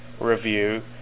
review